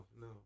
no